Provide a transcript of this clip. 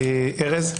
ארז.